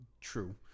true